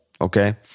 okay